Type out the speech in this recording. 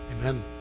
Amen